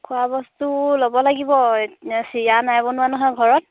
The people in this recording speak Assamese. খোৱা বস্তু ল'ব লাগিব এই চিৰা নাই বনোৱা নহয় ঘৰত